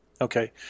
okay